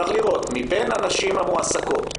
צריך לראות: מבין הנשים המועסקות,